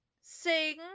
sing